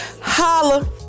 Holla